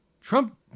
Trump